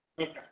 Okay